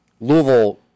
Louisville